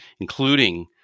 including